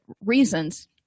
reasons